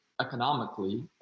economically